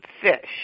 fish